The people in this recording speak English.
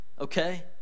okay